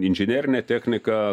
inžinerinė technika